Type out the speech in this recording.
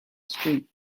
street